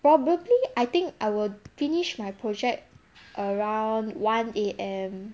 probably I think I'll finished my project around one A_M